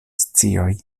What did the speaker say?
scioj